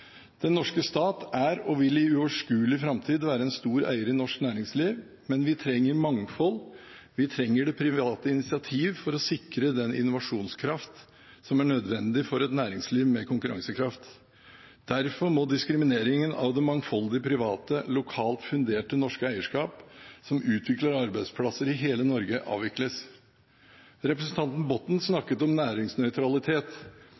Den norske stat er, og vil i uoverskuelig framtid, være en stor eier i norsk næringsliv, men vi trenger mangfold. Vi trenger det private initiativ for å sikre den innovasjonskraft som er nødvendig for et næringsliv med konkurransekraft. Derfor må diskrimineringen av det mangfoldige, private, lokalt funderte norske eierskap, som utvikler arbeidsplasser i hele Norge, avvikles. Representanten Botten